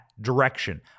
direction